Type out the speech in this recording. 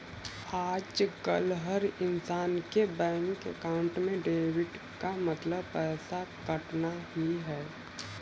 आजकल हर इन्सान के बैंक अकाउंट में डेबिट का मतलब पैसे कटना ही है